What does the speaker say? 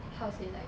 how to say like